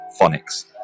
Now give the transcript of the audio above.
phonics